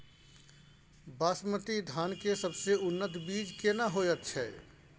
बासमती धान के सबसे उन्नत बीज केना होयत छै?